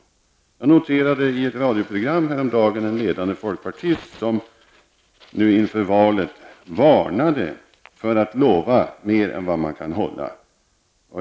Jag noterade att i ett radioprogram häromdagen varnade en ledande folkpartist nu inför valet för att lova mer än vad man kan hålla.